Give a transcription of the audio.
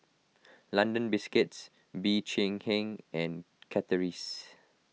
London Biscuits Bee Cheng Hiang and Chateraise